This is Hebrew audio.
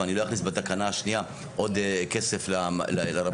ואני לא אכניס בתקנה השנייה עוד כסף לרבנים הראשיים.